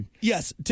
Yes